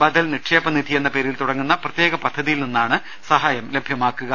ബദൽ നിക്ഷേപനിധിയെന്ന പേരിൽ തുടങ്ങുന്ന പ്രത്യേക പദ്ധതിയിൽ നിന്നാണ് സഹായം ലഭ്യമാ ക്കുക